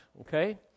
Okay